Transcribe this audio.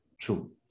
true